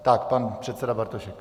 Tak pan předseda Bartošek.